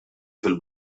fil